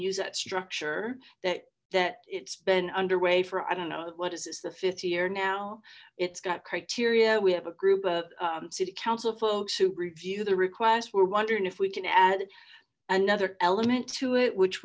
use that structure that that it's been underway for i don't know what is this the fifth year now it's got criteria we have a group of city council folks who review the request we're wondering if we can add another element to it which